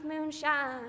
moonshine